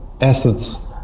assets